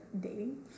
dating